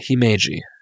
Himeji